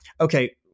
okay